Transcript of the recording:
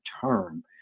term